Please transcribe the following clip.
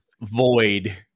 void